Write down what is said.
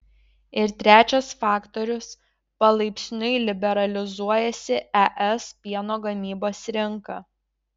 ir trečias faktorius palaipsniui liberalizuojasi es pieno gamybos rinka